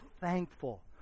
thankful